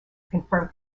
confirm